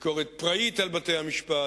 ביקורת פראית על בתי-המשפט.